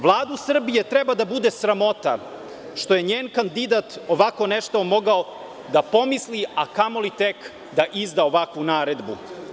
Vladu Srbije treba da bude sramota što je njen kandidat ovako nešto mogao da pomisli, a kamoli tek da izda ovakvu naredbu.